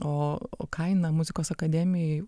o kaina muzikos akademijoj